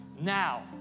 now